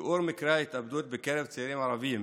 שיעור מקרי ההתאבדות בקרב צעירים ערבים